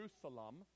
Jerusalem